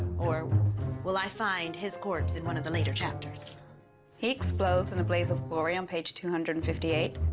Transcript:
or will i find his corpse in one of the later chapters he explodes in a blaze of glory on page two hundred and fifty eight.